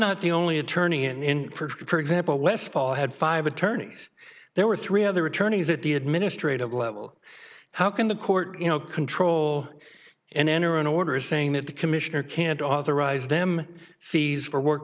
not the only attorney in for example westfall had five attorneys there were three other attorneys at the administrative level how can the court you know control and enter an order saying that the commissioner can't authorize them fees for work